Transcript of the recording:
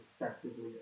effectively